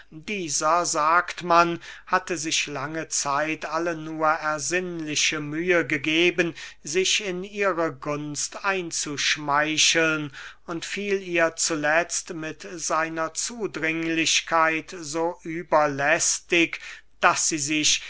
dieser sagt man hatte sich lange zeit alle nur ersinnliche mühe gegeben sich in ihre gunst einzuschmeicheln und fiel ihr zuletzt mit seiner zudringlichkeit so überlästig daß sie sich